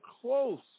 close